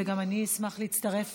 גם אני אשמח להצטרף